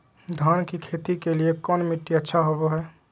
धान की खेती के लिए कौन मिट्टी अच्छा होबो है?